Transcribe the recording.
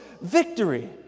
victory